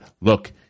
Look